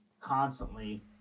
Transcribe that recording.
constantly